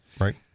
right